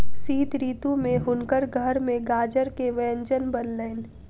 शीत ऋतू में हुनकर घर में गाजर के व्यंजन बनलैन